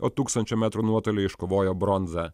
o tūkstančio metrų nuotoly iškovojo bronzą